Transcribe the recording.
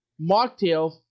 mocktails